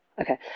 Okay